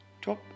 Top